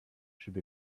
should